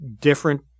different